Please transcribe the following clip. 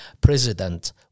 president